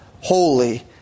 holy